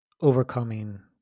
overcoming